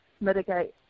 mitigate